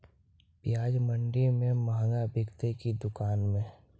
प्याज मंडि में मँहगा बिकते कि दुकान में?